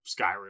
Skyrim